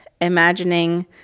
imagining